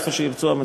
איפה שירצו המציעים.